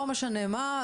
לא משנה מה,